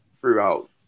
throughout